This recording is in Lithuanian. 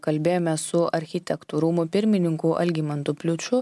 kalbėjome su architektų rūmų pirmininku algimantu pliuču